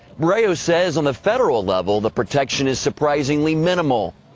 brio says on the federal level the protection is surprisingly minimal.